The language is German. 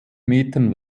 metern